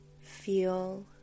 Feel